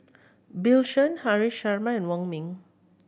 Bill Chen Haresh Sharma and Wong Ming